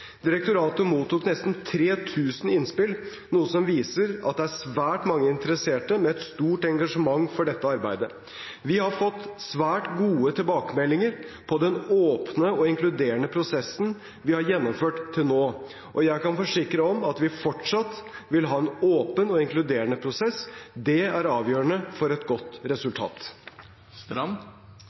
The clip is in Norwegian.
Direktoratet mottok nesten 3 000 innspill, noe som viser at det er svært mange interesserte med et stort engasjement for dette arbeidet. Vi har fått svært gode tilbakemeldinger på den åpne og inkluderende prosessen vi har gjennomført til nå, og jeg kan forsikre om at vi fortsatt vil ha en åpen og inkluderende prosess. Det er avgjørende for et godt resultat.